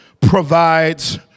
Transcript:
provides